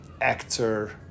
actor